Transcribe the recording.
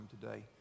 today